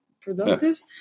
productive